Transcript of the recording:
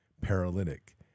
paralytic